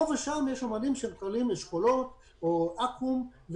פה ושם יש אומנים שמקבלים אשכולות או אקו"ם,